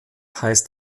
heißt